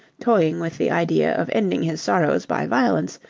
toying with the idea of ending his sorrows by violence,